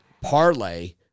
parlay